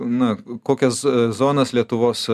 na kokias zonas lietuvos